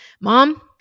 mom